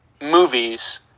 movies